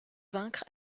vaincre